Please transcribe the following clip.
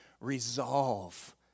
Resolve